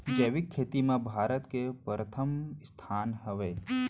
जैविक खेती मा भारत के परथम स्थान हवे